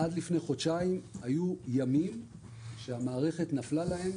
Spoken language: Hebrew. עד לפני חודשיים היו ימים שהמערכת נפלה להם